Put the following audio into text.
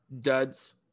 duds